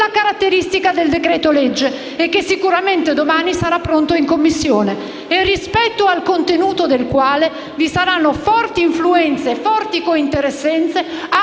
caratteristica del decreto-legge e che sicuramente domani sarà pronto in Commissione. Inoltre, rispetto al suo contenuto vi saranno forti influenze e cointeressenze